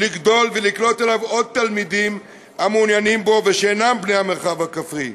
לגדול ולקלוט אליו עוד תלמידים המעוניינים בו ושאינם בני המרחב הכפרי.